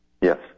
Yes